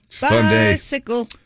Bicycle